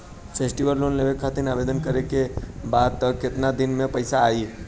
Festival loan लेवे खातिर आवेदन करे क बाद केतना दिन म पइसा आई?